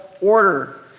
order